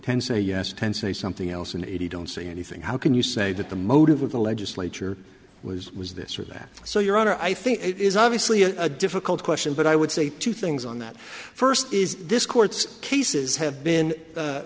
ten say yes ten say something else and eighty don't see anything how can you say that the motive of the legislature was was this or that so your honor i think it is obviously a difficult question but i would say two things on that first is this court's cases have been